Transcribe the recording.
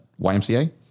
YMCA